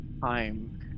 time